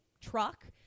truck –